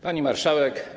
Pani Marszałek!